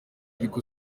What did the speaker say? ariko